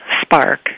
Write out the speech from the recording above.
spark